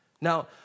Now